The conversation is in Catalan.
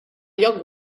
lloc